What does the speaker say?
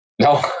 No